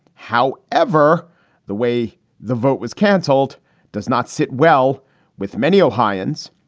how ever the way the vote was canceled does not sit well with many ohioans.